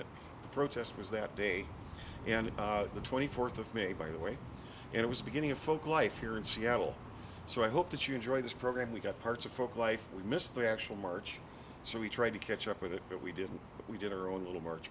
the protest was that day and the twenty fourth of may by the way it was beginning of folk life here in seattle so i hope that you enjoy this program we've got parts of folk life we missed the actual march so we try to catch up with it but we didn't but we did our own little march